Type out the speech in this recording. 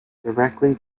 directly